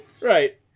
Right